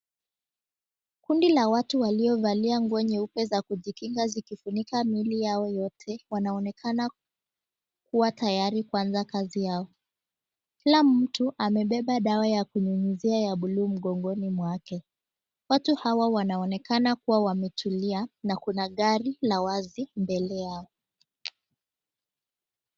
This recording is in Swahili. Kundi la watu waliovalia nguo nyeupe za kujikinga zikifunika miili yao yote, wanaonekana kuwa tayari kuanza kazi yao, kila mtu amebeba dawa ya kunyunyizia ya buluu mgongoni mwake. Watu hawa wanaonekana kuwa wametulia na kuna gari la wazi mbele yao.